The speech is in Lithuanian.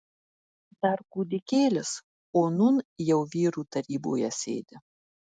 dar kūdikėlis o nūn jau vyrų taryboje sėdi